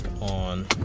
on